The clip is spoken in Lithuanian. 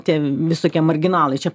tie visokie marginalai čia